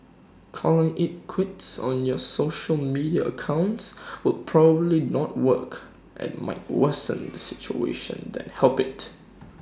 calling IT quits on your social media accounts will probably not work and might worsen the situation than help IT